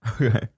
Okay